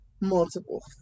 multiple